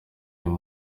uyu